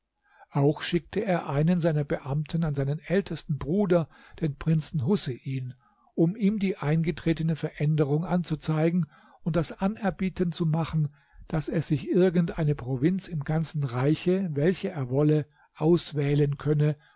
auch schickte er einen seiner beamten an seinen ältesten bruder den prinzen husein um ihm die eingetretene veränderung anzuzeigen und das anerbieten zu machen daß er sich irgend eine provinz im ganzen reiche welche er wolle auswählen könne